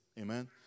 amen